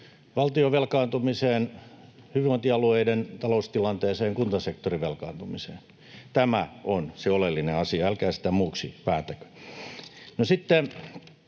valtion velkaantumiseen, hyvinvointialueiden taloustilanteeseen, kuntasektorin velkaantumiseen. Tämä on se oleellinen asia. Älkää sitä muuksi vääntäkö.